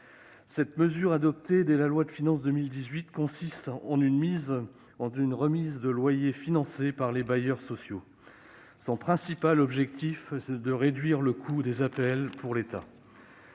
Cette mesure, adoptée dès la loi de finances pour 2018, consiste en une remise de loyer financée par les bailleurs sociaux. Son principal objectif est de réduire le coût des APL pour l'État.